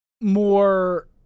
more